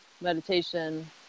meditation